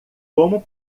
como